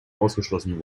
ausgeschlossen